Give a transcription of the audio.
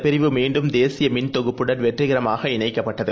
பிரிவு மீண்டும் இந்தப் தேசியமின்தொகுப்புடன் வெற்றிகரமாக இணைக்கப்பட்டது